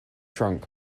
trunk